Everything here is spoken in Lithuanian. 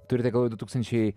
turite galvoje du tūkstančiai